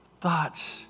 thoughts